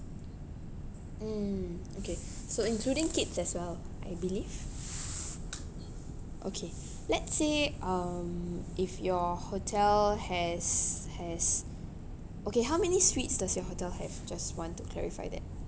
mm okay so including kids as well I believe okay let's say um if your hotel has has okay how many suites does your hotel have just want to clarify that